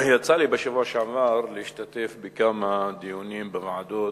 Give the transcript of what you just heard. יצא לי בשבוע שעבר להשתתף בכמה דיונים בוועדות,